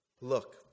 Look